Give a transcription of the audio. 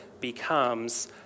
becomes